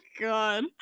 god